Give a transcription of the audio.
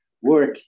work